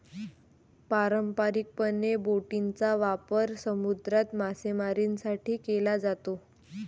पारंपारिकपणे, बोटींचा वापर समुद्रात मासेमारीसाठी केला जातो